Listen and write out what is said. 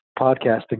podcasting